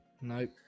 Nope